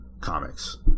comics